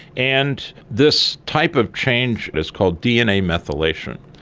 and this type of change is called dna methylation.